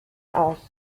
aus